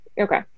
Okay